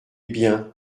bien